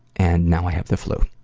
and now i have the flu.